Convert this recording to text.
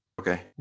okay